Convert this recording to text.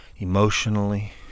emotionally